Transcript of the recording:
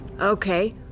Okay